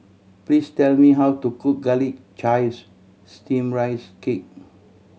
please tell me how to cook Garlic Chives Steamed Rice Cake